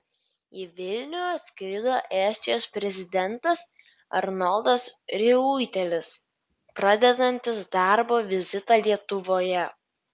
į vilnių atskrido estijos prezidentas arnoldas riuitelis pradedantis darbo vizitą lietuvoje